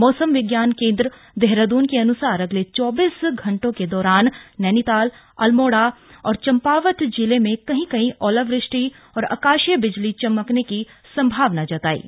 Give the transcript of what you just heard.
मौसम विज्ञान केंद्र देहरादून के अन्सार अगले चैबीस घंटों के दौरान नैनीताल अल्मोड़ा और चंपावत जिले में कहीं कहीं ओलावृष्टि और आकाशीय बिजली चमकने की संभावना जताई है